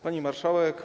Pani Marszałek!